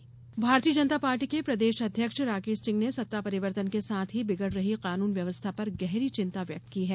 भाजपा अध्यक्ष भारतीय जनता पार्टी के प्रदेश अध्यक्ष राकेश सिंह ने सत्ता परिर्वतन के साथ ही बिगड़ रही कानून व्यवस्था पर गहरी चिंता व्यक्त की है